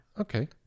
Okay